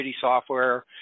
software